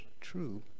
true